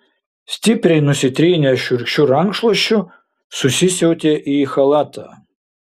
stipriai nusitrynęs šiurkščiu rankšluosčiu susisiautė į chalatą